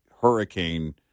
hurricane